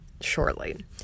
shortly